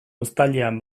uztailean